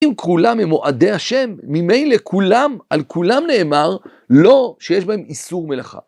אם כולם הם מועדי השם, ממילא כולם, על כולם נאמר, לא שיש בהם איסור מלאכה.